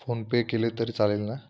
PhonePe केले तर चालेल ना